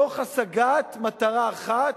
להשגת מטרה אחת: